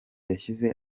yashyize